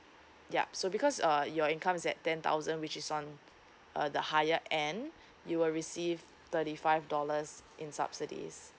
yup so because uh your income is at ten thousand which is on uh the higher end you will receive thirty five dollars in subsidies